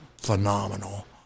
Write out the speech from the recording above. phenomenal